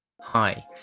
Hi